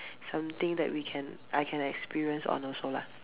something that we can I can experience on also lah mm